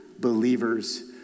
believers